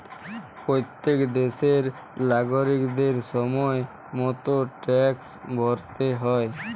প্যত্তেক দ্যাশের লাগরিকদের সময় মত ট্যাক্সট ভ্যরতে হ্যয়